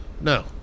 No